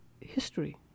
history